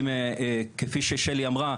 וכפי ששלי אמרה,